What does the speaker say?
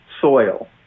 soil